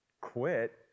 quit